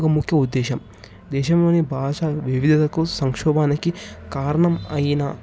ఒక ముఖ్య ఉద్దేశం దేశంలోని భాష వివిధకు సంక్షోభానికి కారణం అయిన